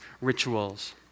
rituals